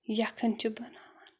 یَکھٕنۍ چھِ بَناوان